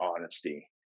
honesty